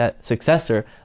successor